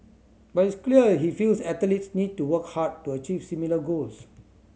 but it's clear he feels athletes need to work hard to achieve similar goals